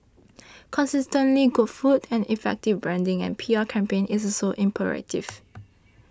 consistently good food and effective branding and P R campaign is also imperative